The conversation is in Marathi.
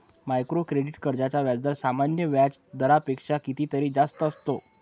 मायक्रो क्रेडिट कर्जांचा व्याजदर सामान्य व्याज दरापेक्षा कितीतरी जास्त असतो